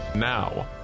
Now